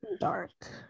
Dark